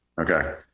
Okay